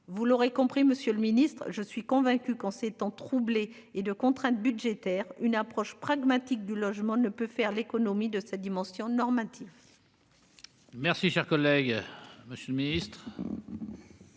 Vous l'aurez compris, Monsieur le Ministre, je suis convaincu qu'en ces temps troublés et de contraintes budgétaires. Une approche pragmatique du logement ne peut faire l'économie de sa dimension normative.-- Merci cher collègue. Monsieur le Ministre.